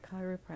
chiropractor